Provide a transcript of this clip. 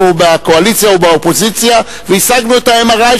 בקואליציה ובאופוזיציה והשגנו את ה-MRI,